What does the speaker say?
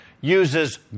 uses